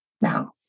Now